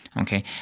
Okay